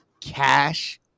cash